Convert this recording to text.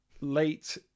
Late